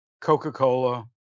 Coca-Cola